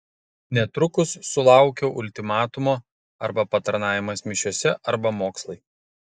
netrukus sulaukiau ultimatumo arba patarnavimas mišiose arba mokslai